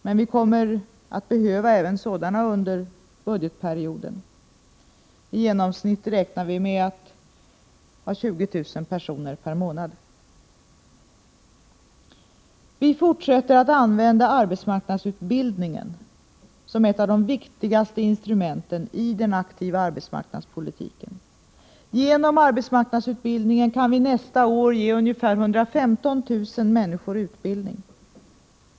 Men vi kommer att behöva även sådana under budgetperioden — vi räknar med i genomsnitt 20 000 personer per månad. Vi fortsätter att använda arbetsmarknadsutbildningen som ett av de viktigaste instrumenten i den aktiva arbetsmarknadspolitiken. Genom arbetsmarknadsutbildningen kan vi nästa år ge ca 115 000 människor utbildning.